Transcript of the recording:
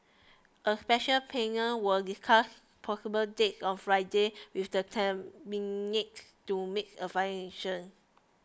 a special panel will discuss possible dates on Friday with the Cabinet to make a final decision